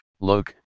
Look